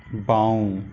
বাওঁ